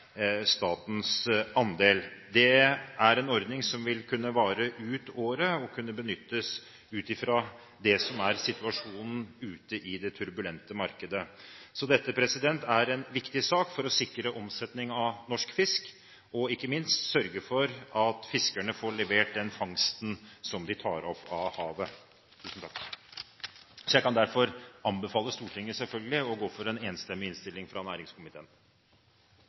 statens andel. Det er en ordning som vil kunne vare ut året, og som vil kunne benyttes i den situasjonen som er, med et turbulent marked. Dette er en viktig sak for å sikre omsetning av norsk fisk og ikke minst sørge for at fiskerne får levert den fangsten som de tar opp av havet. Jeg vil selvfølgelig derfor anbefale Stortinget å gå inn for den enstemmige innstillingen fra næringskomiteen.